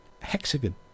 hexagon